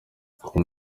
com